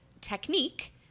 technique